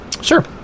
sure